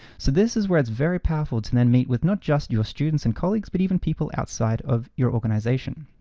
so this is where it's very powerful to then meet with not just your students and colleagues, but even people outside of your organization.